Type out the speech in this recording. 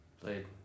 played